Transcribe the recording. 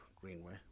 greenway